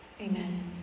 amen